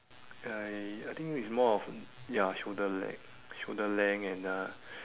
ya I I think it's more of ya shoulder length shoulder length and uh